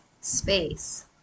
space